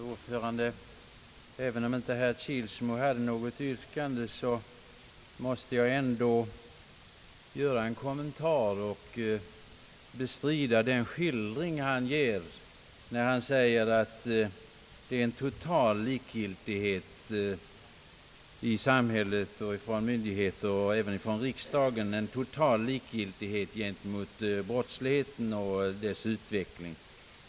Herr talman! Även om herr Kilsmo inte hade något yrkande, måste jag ändå göra en kommentar och bestrida den skildring han ger, när han påstår att det hos samhället, myndigheterna och även riksdagen råder en total likgiltig het när det gäller brottsligheten och dess utveckling.